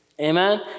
Amen